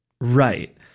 Right